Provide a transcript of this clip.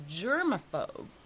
germaphobe